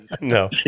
No